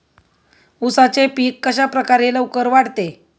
उसाचे पीक कशाप्रकारे लवकर वाढते?